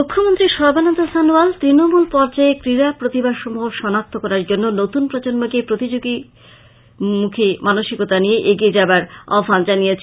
মুখ্যমন্ত্রী সর্বানন্দ সনোয়াল তৃণমূল পর্যায়ে ক্রীড়া প্রতিভাসমূহ শনাক্ত করার জন্য নতুন প্রজন্মকে প্রতিযোগিতামুখী মানসিকতা নিয়ে এগিয়ে যাবার আহবান জানিয়েছেন